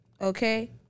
okay